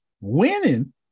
winning